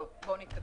טוב, בואו נתקדם.